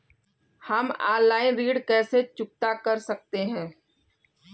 हम ऑनलाइन ऋण को कैसे चुकता कर सकते हैं?